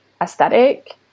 aesthetic